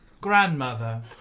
Grandmother